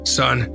son